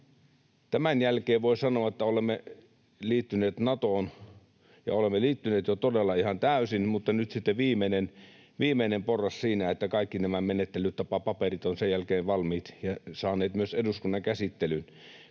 Tämän jälkeen voi sanoa, että olemme liittyneet Natoon ja olemme liittyneet jo todella ihan täysin, mutta nyt sitten on viimeinen porras siinä, että kaikki nämä menettelytapapaperit ovat sen jälkeen valmiit ja saaneet myös eduskunnan käsittelyn.